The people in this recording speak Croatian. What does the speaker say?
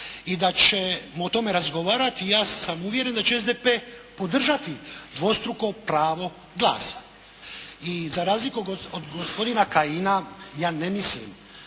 i da ćemo o tome razgovarati. Ja sam uvjeren da će SDP podržati dvostruko pravo glasa. I za razliku od gospodina Kajina ja ne mislim